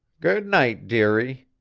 good-night, dearie,